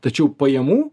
tačiau pajamų